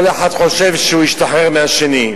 כל אחד חושב שהוא השתחרר מהשני.